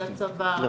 של הצבא,